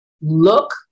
look